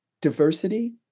diversity